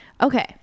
okay